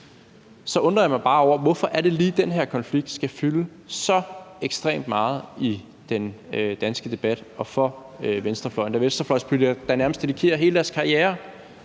undrer jeg mig bare over, hvorfor det lige er, at den her konflikt skal fylde så ekstremt meget i den danske debat og for venstrefløjen. Der er venstrefløjspolitikere, der nærmest dedikerer hele deres karriere